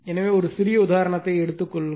எனவே ஒரு சிறிய உதாரணத்தை எடுத்துக் கொள்ளுங்கள்